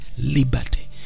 liberty